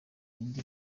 indi